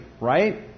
Right